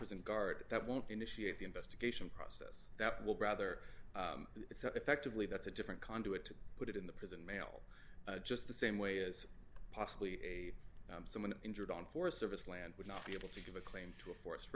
prison guard that won't initiate the investigation process that will brother effectively that's a different conduit to put it in the prison mail just the same way as possibly someone injured on forest service land would not be able to give a claim to a for